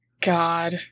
God